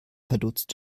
verdutzt